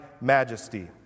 majesty